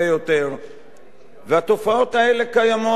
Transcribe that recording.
והתופעות האלה קיימות וצריך להילחם בהן,